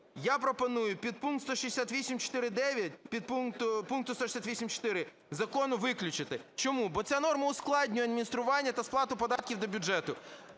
Я пропоную підпункт 168.4.9 пункту 168.4 закону виключити. Чому? Бо ця норма ускладнює адміністрування та сплату податків до бюджету.